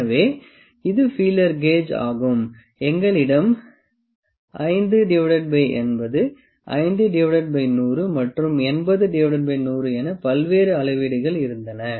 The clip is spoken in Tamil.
எனவே இது ஃபீலர் கேஜ் ஆகும் எங்களிடம் 580 5100 மற்றும் 80100 என பல்வேறு அளவீடுகள் இருந்தன